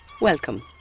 Welcome